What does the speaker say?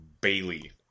Bailey